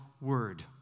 word